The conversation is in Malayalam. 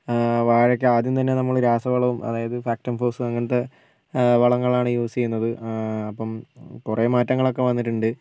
വാഴയ്ക്ക് ആദ്യം തന്നെ നമ്മൾ രാസവളവും അതായത് ഫാക്റ്റം ഫോസും അങ്ങനത്തെ വളങ്ങളാണ് യൂസ് ചെയ്യുന്നത് അപ്പം കുറേ മാറ്റങ്ങളൊക്കെ വന്നിട്ടുണ്ട്